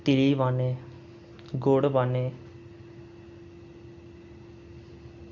फ्ही पान्ने गुड़ पान्ने